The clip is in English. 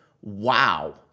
Wow